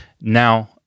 Now